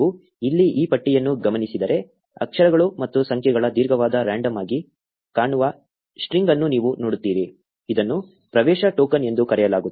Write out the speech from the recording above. ನೀವು ಇಲ್ಲಿ ಈ ಪಟ್ಟಿಯನ್ನು ಗಮನಿಸಿದರೆ ಅಕ್ಷರಗಳು ಮತ್ತು ಸಂಖ್ಯೆಗಳ ದೀರ್ಘವಾದ ರಾಂಡಮ್ ಆಗಿ ಕಾಣುವ ಸ್ಟ್ರಿಂಗ್ ಅನ್ನು ನೀವು ನೋಡುತ್ತೀರಿ ಇದನ್ನು ಪ್ರವೇಶ ಟೋಕನ್ ಎಂದು ಕರೆಯಲಾಗುತ್ತದೆ